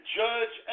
judge